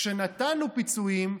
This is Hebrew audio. כשנתנו פיצויים,